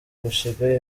gushinga